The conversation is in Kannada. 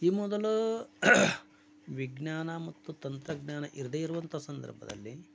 ಈ ಮೊದಲು ವಿಜ್ಞಾನ ಮತ್ತು ತಂತ್ರಜ್ಞಾನ ಇರದೇ ಇರುವಂಥ ಸಂದರ್ಭದಲ್ಲಿ